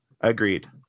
Agreed